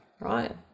right